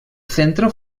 centro